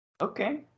okay